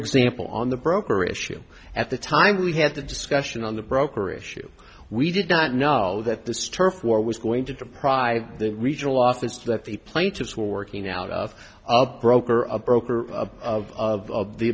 example on the broker issue at the time we had the discussion on the broker issue we did not know that this turf war was going to deprive the regional office that the plaintiffs were working out of of broker of broker of of